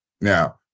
Now